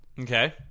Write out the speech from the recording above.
Okay